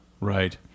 Right